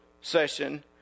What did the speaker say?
session